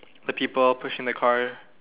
the people pushing the car